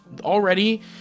already